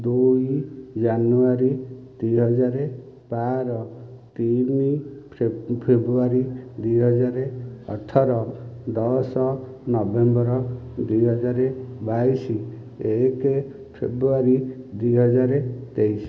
ଦୁଇ ଜାନୁଆରୀ ଦୁଇ ହଜାର ବାର ତିନି ଫେବୃୟାରୀ ଦୁଇ ହଜାର ଅଠର ଦଶ ନଭେମ୍ବର ଦୁଇ ହଜାର ବାଇଶ ଏକ ଫେବୃୟାରୀ ଦୁଇ ହଜାର ତେଇଶ